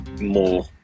more